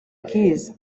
keys